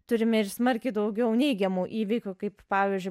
turime ir smarkiai daugiau neigiamų įvykių kaip pavyzdžiui